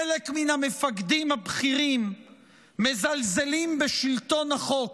חלק מן המפקדים הבכירים מזלזלים בשלטון החוק,